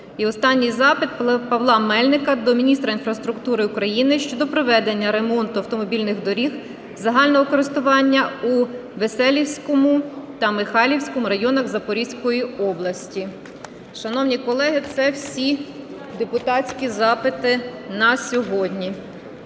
І останній запит Павла Мельника до міністра інфраструктури України щодо проведення ремонту автомобільних доріг загального користування у Веселіському та Михайлівському районах Запорізької області. Шановні колеги, це всі депутатські запити на сьогодні.